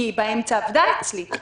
כי באמצע היא עבדה אצלי.